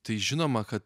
tai žinoma kad